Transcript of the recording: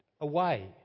away